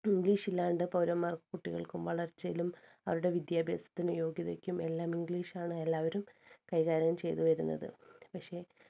ഇംഗ്ലീഷില്ലാണ്ട് പൗരന്മാർ കുട്ടികൾക്കും വളർച്ചയിലും അവരുടെ വിദ്യാഭ്യാസത്തിനു യോഗ്യതയ്ക്കും എല്ലാം ഇംഗ്ലീഷാണ് എല്ലാവരും കൈകാര്യം ചെയ്തു വരുന്നത് പക്ഷേ